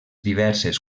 diverses